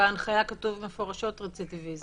בהנחיה כתוב מפורשות "רצידיביזם".